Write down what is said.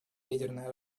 ядерное